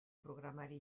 programari